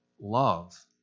love